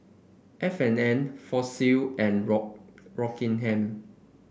F and N Fossil and Rock Rockingham